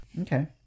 Okay